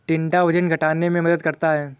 टिंडा वजन घटाने में मदद करता है